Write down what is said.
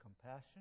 compassion